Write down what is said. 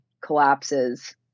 collapses